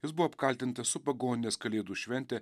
jis buvo apkaltintas supagoninęs kalėdų šventę